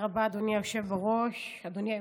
תודה רבה, אדוני יושב-ראש הכנסת.